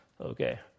Okay